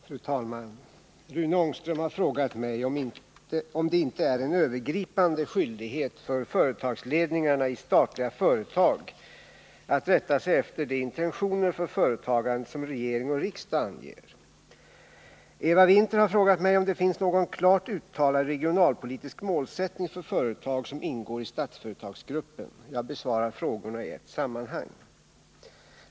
Fru talman! Rune Ängström har frågat mig om det inte är en övergripande skyldighet för företagsledningarna i statliga företag att rätta sig efter de intentioner för företagandet som regering och riksdag anger. Eva Winther har frågat mig om det finns någon klart uttalad regionalpolitisk målsättning för företag som ingår i Statsföretagsgruppen. Jag besvarar frågorna i ett sammanhang.